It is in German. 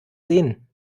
sehen